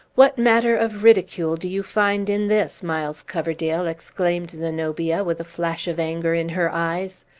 what matter of ridicule do you find in this, miles coverdale? exclaimed zenobia, with a flash of anger in her eyes.